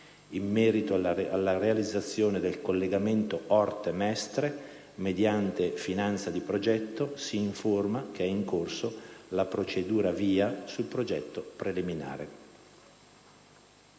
In merito alla realizzazione del collegamento Orte-Mestre mediante finanza di progetto, si informa che è in corso la procedura VIA sul progetto preliminare.